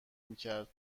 میکرد